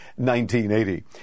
1980